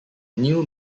new